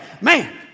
Man